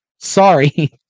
Sorry